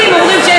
מה זה מראה?